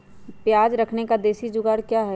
प्याज रखने का देसी जुगाड़ क्या है?